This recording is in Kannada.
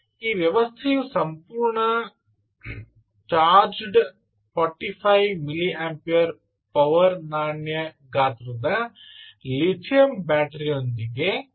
ಈ ವ್ಯವಸ್ಥೆಯು ಸಂಪೂರ್ಣ ಚಾರ್ಜ್ಡ್ 45 ಮಿಲಿಯಂಪೇರ್ ಅವರ್ ನಾಣ್ಯ ಗಾತ್ರದ ಲಿಥಿಯಂ ಬ್ಯಾಟರಿಯೊಂದಿಗೆ ಚಾಲಿತವಾಗಿದೆ